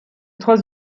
trois